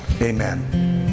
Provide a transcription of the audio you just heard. amen